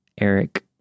Eric